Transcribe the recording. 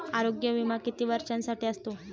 आरोग्य विमा किती वर्षांसाठी असतो?